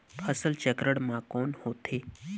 फसल चक्रण मा कौन होथे?